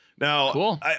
Now